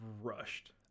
rushed